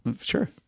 Sure